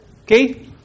okay